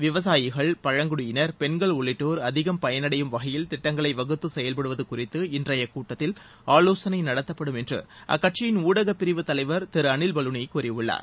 விவசாயிகள் பழங்குடியினர் பெண்கள் உள்ளிட்டோர் அதிகம் பயனடையும் வகையில் திட்டங்களை வகுத்து செயல்படுத்துவது குறித்து இன்றைய கூட்டத்தில் ஆவோசனை நடத்தப்படும் என்று அக்கட்சியின் ஊடகப்பிரிவு தலைவர் திரு அனில் பலுனி கூறியுள்ளார்